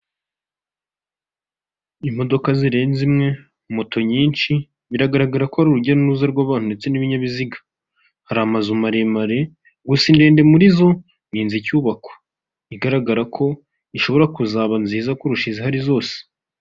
Imodoka zirenze imwe, moto nyinshi biragaragara ko ari urujya n'uruza rw'abantu ndetse n'ibinyabiziga, hari amazu maremare gusa indende muri zo ni inzu icyubakwa, igaragara ko ishobora kuzaba nziza kurusha izihari zose.